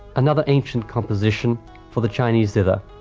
another ancient composition for the chinese zither,